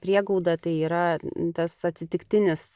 priegauda tai yra tas atsitiktinis